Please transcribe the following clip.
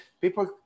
people